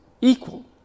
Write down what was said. equal